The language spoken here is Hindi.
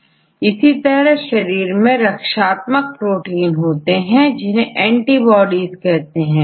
छात्र एंटीबॉडी इसी तरह शरीर में रक्षात्मक प्रोटीन होते हैं जिन्हें एंटीबॉडीज कहते हैं